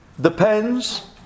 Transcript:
depends